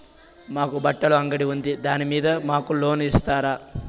మాకు బట్టలు అంగడి ఉంది దాని మీద మాకు లోను ఇస్తారా